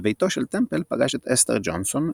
בביתו של טמפל פגש את אסתר ג'ונסון,